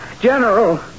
General